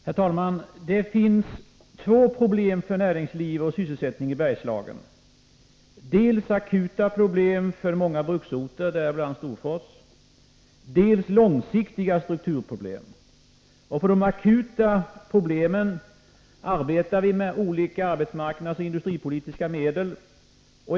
Herr talman! Det finns två problem för näringslivet och sysselsättningen i Bergslagen. Det gäller dels akuta problem för många bruksorter — däribland Storfors —, dels långsiktiga strukturproblem. När det gäller de akuta problemen arbetar vi med olika arbetsmarknadsoch industripolitiska medel.